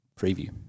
preview